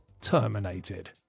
terminated